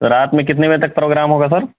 رات میں کتنے بجے تک پراگرام ہوگا سر